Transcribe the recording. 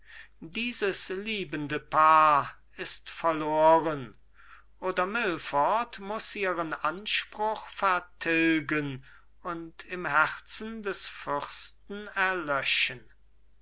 dieses liebende paar ist verloren oder milford muß ihren anspruch vertilgen und im herzen des fürsten erlöschen